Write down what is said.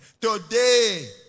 Today